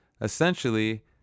essentially